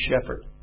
shepherd